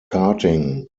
karting